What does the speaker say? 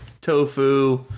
tofu